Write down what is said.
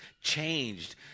changed